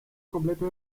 completo